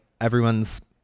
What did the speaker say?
everyone's